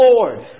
Lord